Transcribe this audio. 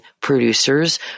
producers